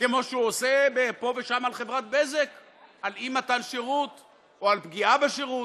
כמו שהוא עושה פה ושם על חברת בזק על אי-מתן שירות או על פגיעה בשירות?